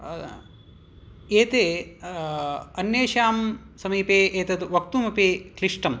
एते अन्येषां समीपे एतद् वक्तुमपि क्लिष्टं